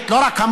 (אומר בערבית: המת) לא רק המוסלמי,